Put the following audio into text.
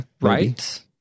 Right